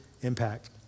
impact